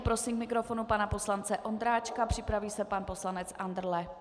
Prosím k mikrofonu pana poslance Ondráčka, připraví se pan poslanec Andrle.